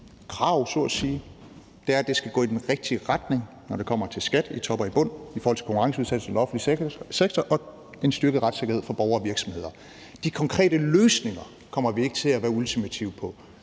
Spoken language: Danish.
at sige: Det skal gå i den rigtige retning, når det kommer til skat i top og i bund, konkurrenceudsættelse i den offentlige sektor og en styrket retssikkerhed for borgere og virksomheder. De konkrete løsninger kommer vi ikke til at være ultimative med